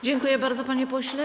Dziękuję bardzo, panie pośle.